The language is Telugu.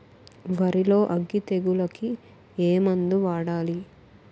వరిలో అగ్గి తెగులకి ఏ మందు వాడాలి?